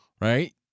right